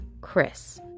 Chris